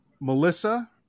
Melissa